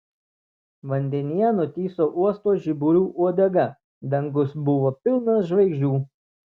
vandenyje nutįso uosto žiburių uodega dangus buvo pilnas žvaigždžių